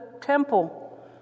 temple